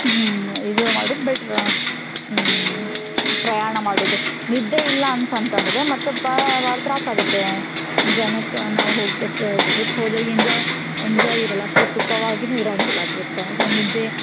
ಹ್ಞೂ ಇದು ಮಾಡುದು ಬೆಟ್ರು ಪ್ರಯಾಣ ಮಾಡುವುದು ನಿದ್ದೆ ಇಲ್ಲ ಅಂತಂತಂದರೆ ಮತ್ತು ಪಾ ಭಾಳ ತ್ರಾಸು ಆಗುತ್ತೆ ಜನಕ್ಕೆ ನಾವು ಹೋಗ್ದ ಟ್ರಿಪ್ ಹೋದಾಗ ಎಂಜಾಯ್ ಎಂಜಾಯ್ ಇರಲ್ಲ ಅಷ್ಟು ಸುಖವಾಗಿಯೂ ಇರಂಗಿಲ್ಲ ಟ್ರಿಪ್ ಸೊ ನಿದ್ದೆ